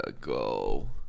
go